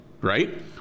right